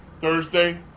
Thursday